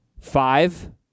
five